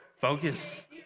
Focus